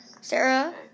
Sarah